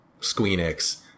Squeenix